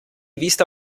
vista